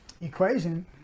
equation